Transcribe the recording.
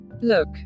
look